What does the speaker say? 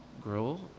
grow